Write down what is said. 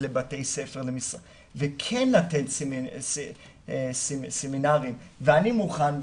לבתי ספר וכן לתת סמינרים ואני מוכן,